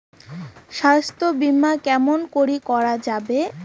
স্বাস্থ্য বিমা কেমন করি করা যাবে?